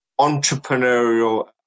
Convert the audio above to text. entrepreneurial